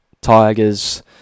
Tigers